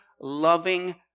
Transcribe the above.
loving